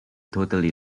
totally